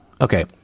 Okay